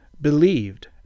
believed